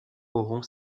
auront